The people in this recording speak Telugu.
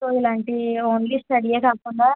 సో ఇలాంటి ఓన్లీ స్టడీయే కాకుండా